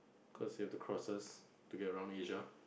cause you have to cross us to get around Asia